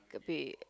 fit